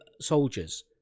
soldiers